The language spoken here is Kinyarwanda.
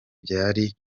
byari